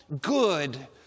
good